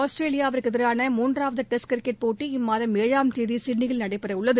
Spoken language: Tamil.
ஆஸ்திரேலியாவுக்கு எதிராள மூன்றாவது டெஸ்ட் கிரிக்கெட் போட்டி இம்மாதம் ஏழாம் தேதி சிட்னியில் நடைபெற உள்ளது